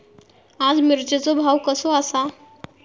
आज मिरचेचो भाव कसो आसा?